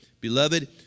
Beloved